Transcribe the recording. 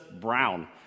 brown